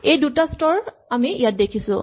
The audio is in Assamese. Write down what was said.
এই দুটা স্তৰ আমি ইয়াত দেখিছো